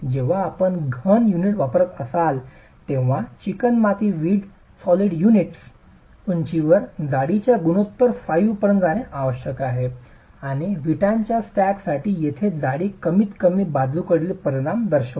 जेव्हा आपण घन युनिट वापरत असाल तेव्हा चिकणमाती वीट सॉलिड युनिट्स उंचीवर जाडीच्या गुणोत्तर 5 पर्यंत जाणे आवश्यक आहे आणि विटाच्या स्टॅकसाठी येथे जाडी कमीतकमी बाजूकडील परिमाण दर्शवते